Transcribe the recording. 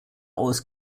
aus